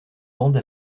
bande